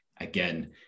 again